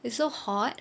it's so hot